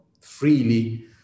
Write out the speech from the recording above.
freely